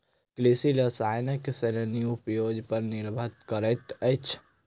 कृषि रसायनक श्रेणी उपयोग पर निर्भर करैत अछि